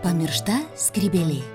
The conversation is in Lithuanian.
pamiršta skrybėlė